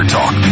Talk